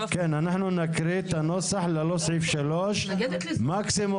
כן, אנחנו נקריא את הנוסח ללא סעיף 3. רבותיי,